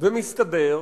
מסתבר